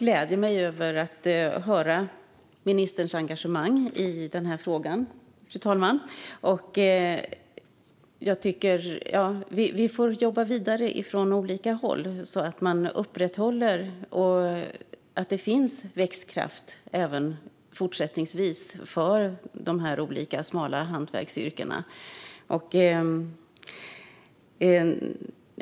Fru talman! Ministerns engagemang i frågan gläder mig. Vi får jobba vidare från olika håll för fortsatt växtkraft inom dessa smala hantverksyrken.